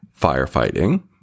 firefighting